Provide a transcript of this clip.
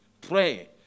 Pray